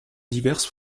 diverses